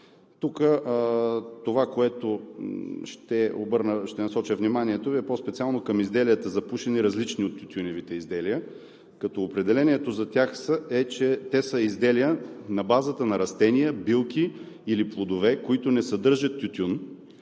Тук ще насоча вниманието Ви по-специално към изделията за пушене, различни от тютюневите изделия, като определението за тях е, че: „те са изделия на базата растения, билки или плодове, които не съдържат тютюн,